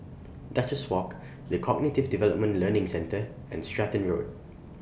Duchess Walk The Cognitive Development Learning Centre and Stratton Road